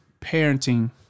parenting